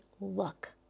look